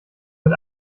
mit